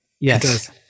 Yes